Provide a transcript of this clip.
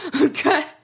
Okay